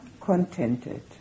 contented